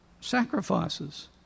sacrifices